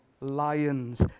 lions